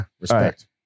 Respect